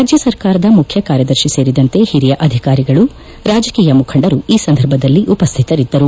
ರಾಜ್ಯ ಸರ್ಕಾರದ ಮುಖ್ವಕಾರ್ಯದರ್ಶಿ ಸೇರಿದಂತೆ ಹಿರಿಯ ಅಧಿಕಾರಿಗಳು ರಾಜಕೀಯ ಮುಖಂಡರು ಈ ಸಂದರ್ಭದಲ್ಲಿ ಉಪಸ್ವಿತರಿದ್ದರು